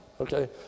okay